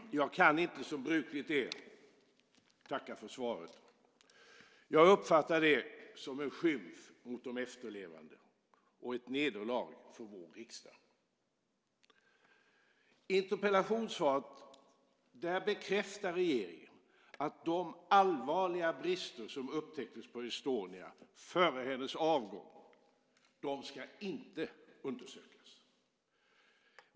Herr talman! Jag kan inte som brukligt är tacka för svaret. Jag uppfattar det som en skymf mot de efterlevande och ett nederlag för vår riksdag. I interpellationssvaret bekräftar regeringen att de allvarliga brister som upptäcktes på Estonia före hennes avgång inte ska undersökas.